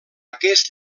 aquest